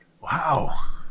Wow